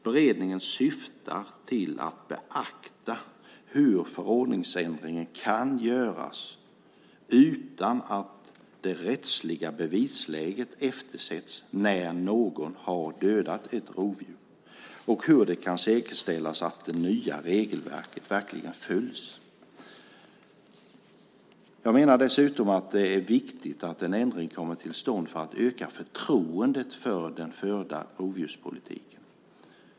Beredningen syftar till att beakta hur förordningen kan ändras utan att det rättsliga bevisläget eftersätts när någon har dödat ett rovdjur och hur det kan säkerställas att det nya regelverket verkligen följs. Jag menar dessutom att det är viktigt att en ändring kommer till stånd för att öka förtroendet för den förda rovdjurspolitiken.